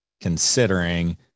considering